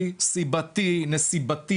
אולי במספרים נומינליים זה נשמע מעט,